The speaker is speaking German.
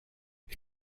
wie